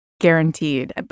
guaranteed